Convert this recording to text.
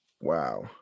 Wow